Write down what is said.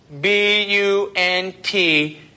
B-U-N-T